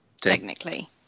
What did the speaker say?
Technically